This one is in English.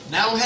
Now